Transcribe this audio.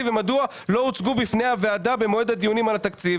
ומדוע לא הוצגו בפני הוועדה במועד הדיונים על התקציב.